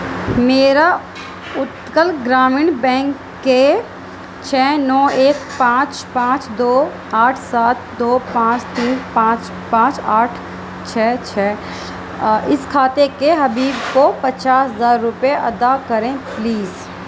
میرا اتکل گرامین بینک کے چھ نو ایک پانچ پانچ دو آٹھ سات دو پانچ تین پانچ پانچ آٹھ چھ چھ اس کھاتے کے حبیب کو پچاس ہزار روپے ادا کریں پلیز